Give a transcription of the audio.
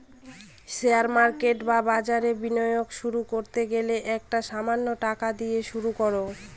share market বা বাজারে বিনিয়োগ শুরু করতে গেলে একটা সামান্য টাকা দিয়ে শুরু করো